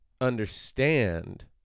understand